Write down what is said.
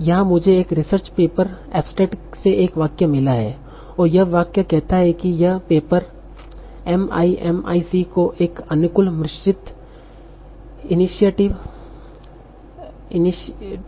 यहां मुझे एक रिसर्च पेपर एब्सट्रैक्ट से एक वाक्य मिला है और यह वाक्य कहता है कि यह पेपर एमआईएमआईसी को एक अनुकूल मिश्रित इनिसिया